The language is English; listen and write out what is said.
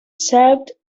served